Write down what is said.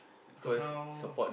just now